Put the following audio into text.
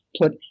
put